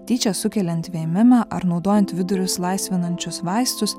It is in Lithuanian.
tyčia sukeliant vėmimą ar naudojant vidurius laisvinančius vaistus